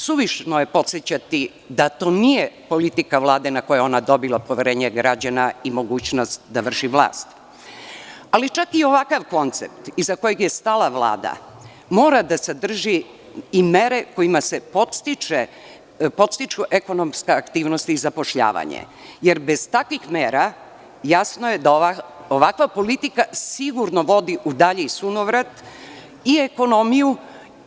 Suvišno je podsećati da to nije politika Vlade na koju je ona dobila poverenje građana i mogućnost da vrši vlast, ali čak i ovakav koncept iza kojeg je stala Vlada mora da sadrži i mere kojima se podstiču ekonomske aktivnosti i zapošljavanje, jer bez takvih mera jasno je da ovakva politika sigurno vodi u dalji sunovrat i ekonomiju